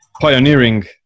pioneering